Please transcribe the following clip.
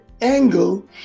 angle